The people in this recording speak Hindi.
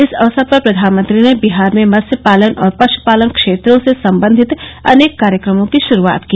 इस अवसर पर प्रधानमंत्री ने बिहार में मत्स्य पालन और पर्युपालन क्षेत्रों से संबंधित अनेक कार्यक्रमों की श्रूआत की